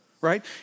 right